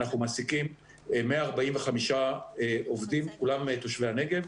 אנחנו מעסיקים 145 עובדים כולם תושבי הנגב,